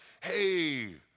Hey